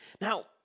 Now